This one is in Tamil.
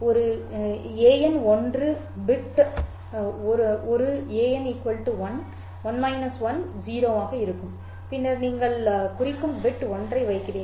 ஒரு an 1 பிட் ஒரு an 1 1 1 0 ஆக இருக்கும் பின்னர் நீங்கள் குறிக்கும் பிட் 1 ஐ வைக்கிறீர்கள்